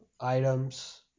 items